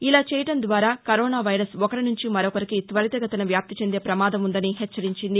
ఇలా చేయడం ద్వారా కరోనా వైరస్ ఒకరి నుంచి మరొకరికి త్వరితగతిన వ్యాప్తి చెందే ప్రమాదం ఉందని హెచ్చరించింది